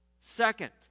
Second